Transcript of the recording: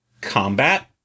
combat